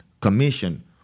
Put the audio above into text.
commission